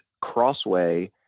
Crossway